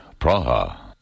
Praha